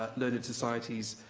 learned society's